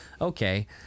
Okay